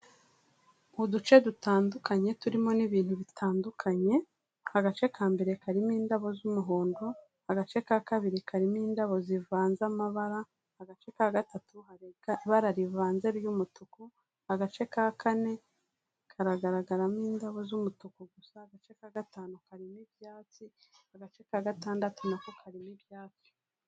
Mu duce dutandukanye turimo n'ibintu bitandukanye; agace ka mbere karimo indabo z'umuhondo, agace ka kabiri karimo indabo zivanze amabara, agace ka gatatu hari ibara rivanze ry'umutuku, agace ka kane karagaragaramo indabo z'umutuku gusa, agace ka gatanu karimo ibyatsi, agace ka gatandatu na ko karimo ibyatsi.